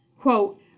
Quote